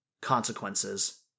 Consequences